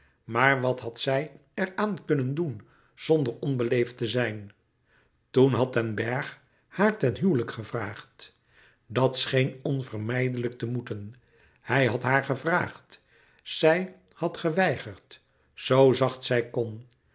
maar wat had zij er aan kunnen doen zonder onbeleefd te zijn toen had den bergh haar ten huwelijk gevraagd dat scheen onvermijdelijk te moeten hij had haar gevraagd zij had geweigerd zoo zacht zij kon